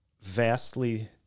vastly